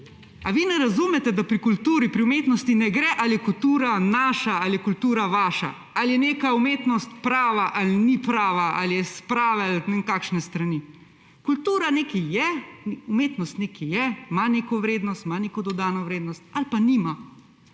Ali vi ne razumete, da pri kulturi, pri umetnosti ne gre za to, ali je kultura naša ali je kultura vaša, ali je neka umetnost prava ali ni prava, ali je s prave ali ne vem kakšne strani? Kultura nekaj je, umetnost nekaj je, ima neko vrednost, ima neko dodano vrednost ali pa nima.